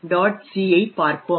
c ஐப் பார்ப்போம்